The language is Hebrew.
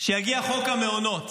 כשיגיע חוק המעונות,